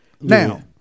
Now